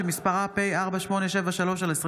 שמספרה פ/4873/25.